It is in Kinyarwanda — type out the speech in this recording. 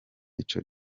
ico